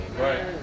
Right